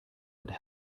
would